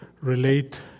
relate